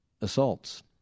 assaults